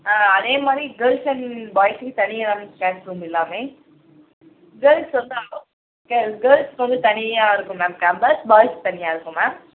ஆ அதே மாதிரி girls and பாய்ஸுக்கு தனியாகதான் க்ளாஸ் ரூம் எல்லாமே கேர்ள்ஸ் வந்து கேர்ள்ஸ்க்கு வந்து தனியாக இருக்கும் மேம் கேம்பஸ் பாய்ஸ்க்கு தனியாக இருக்கும் மேம்